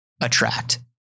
attract